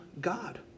God